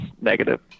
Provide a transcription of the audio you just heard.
negative